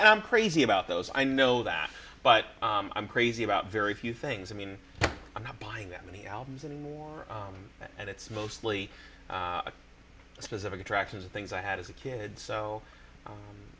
that i'm crazy about those i know that but i'm crazy about very few things i mean i'm not buying that many albums anymore and it's mostly a specific attractions of things i had as a kid so